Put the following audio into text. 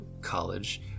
college